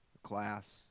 Class